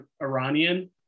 Iranian